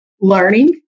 learning